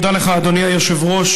תודה לך, אדוני היושב-ראש.